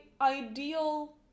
ideal